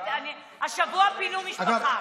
השבוע פינו משפחה.